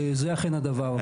זה אכן הדבר.